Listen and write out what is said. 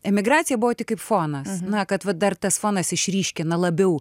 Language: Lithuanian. emigracija buvo tik kaip fonas na kad va dar tas fonas išryškina labiau